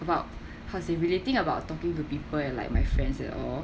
about how to say relating about talking to people and like my friends and all